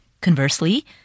Conversely